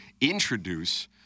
introduce